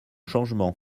changements